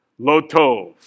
Lotov